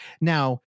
Now